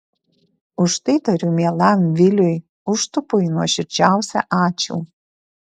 už tai tariu mielam viliui užtupui nuoširdžiausią ačiū